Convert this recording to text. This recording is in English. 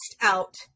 out